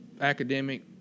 academic